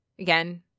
Again